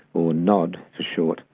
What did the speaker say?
or nod for short,